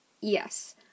Yes